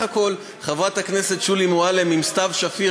חברת הכנסת שולי מועלם עם סתיו שפיר,